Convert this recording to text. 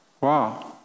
Wow